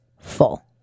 full